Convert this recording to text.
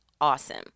awesome